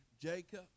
Jacob